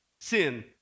sin